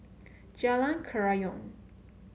Jalan Kerayong